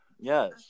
Yes